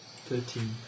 Thirteen